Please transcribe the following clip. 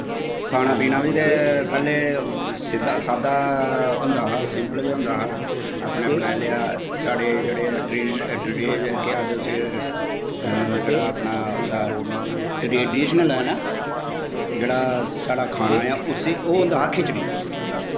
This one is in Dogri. खाना पीना बी ते पैह्लें सिद्धा साद्धा होंदा हा सिंपल गै होंदा हा अपनै बनाई लेआ साढ़े जेह्ड़े ट्रीड ट्रीज केह् आखदे उसी जेह्ड़ा अपनां होंदा ट्रडिशनल ऐ ना जेह्ड़ा साढ़ा खाना ऐ उसी ओह् होंदा हा खिचड़ी